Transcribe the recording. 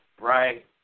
Right